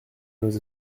nos